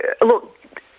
look